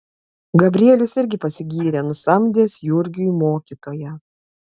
gabrielius irgi pasigyrė nusamdęs jurgiui mokytoją